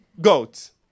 goats